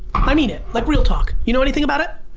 i mean it, like real talk. you know anything about it?